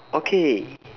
okay